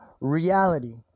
reality